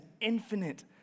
infinite